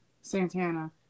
Santana